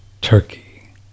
turkey